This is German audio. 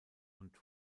und